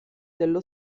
dello